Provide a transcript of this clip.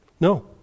No